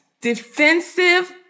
Defensive